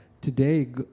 today